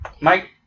Mike